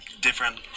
different